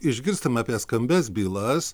išgirstam apie skambias bylas